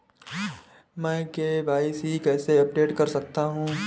मैं के.वाई.सी कैसे अपडेट कर सकता हूं?